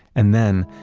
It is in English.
and then,